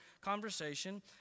conversation